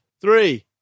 three